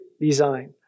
design